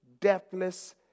deathless